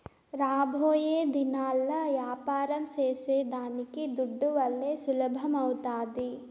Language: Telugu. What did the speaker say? రాబోయేదినాల్ల యాపారం సేసేదానికి దుడ్డువల్లే సులభమౌతాది